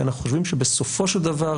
אנחנו חושבים שבסופו של דבר,